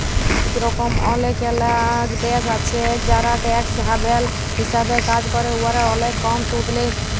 ইরকম অলেকলা দ্যাশ আছে যারা ট্যাক্স হ্যাভেল হিসাবে কাজ ক্যরে উয়ারা অলেক কম সুদ লেই